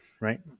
right